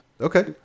Okay